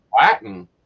Latin